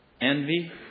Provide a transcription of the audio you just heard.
Envy